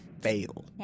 Fail